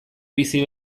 bizi